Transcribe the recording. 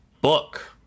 book